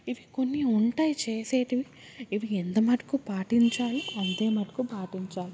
ఇవి కొన్ని ఉంటాయి చేసేటివి ఇవి ఎంత మటుకు పాటించాలో అంతే మటుకు పాటించాలి